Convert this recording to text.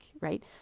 right